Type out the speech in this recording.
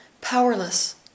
powerless